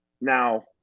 Now